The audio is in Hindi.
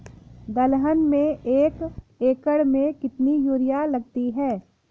दलहन में एक एकण में कितनी यूरिया लगती है?